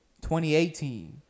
2018